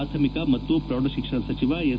ಪ್ರಾಥಮಿಕ ಮತ್ತು ಪ್ರೌಢಶಿಕ್ಷಣ ಸಚಿವ ಎಸ್